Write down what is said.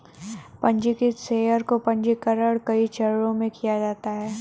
पन्जीकृत शेयर का पन्जीकरण कई चरणों में किया जाता है